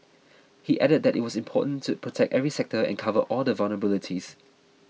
he added that it was important to protect every sector and cover all the vulnerabilities